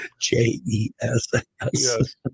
J-E-S-S